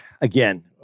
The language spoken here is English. again